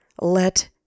Let